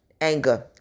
anger